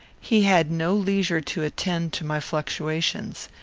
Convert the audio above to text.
he had no leisure to attend to my fluctuations.